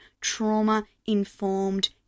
trauma-informed